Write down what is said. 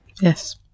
Yes